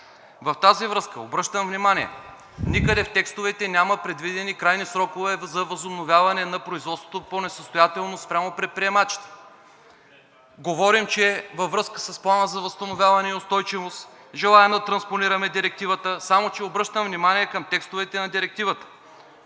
В тази връзка обръщам внимание – никъде в текстовете няма предвидени крайни срокове за възобновяване на производството по несъстоятелност спрямо предприемачите. Говорим, че във връзка с Плана за възстановяване и устойчивост желаем да транспонираме Директивата, само че обръщам внимание на текстовете на Директивата